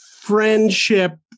friendship